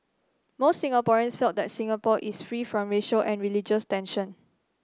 most Singaporeans felt that Singapore is free from racial and religious tension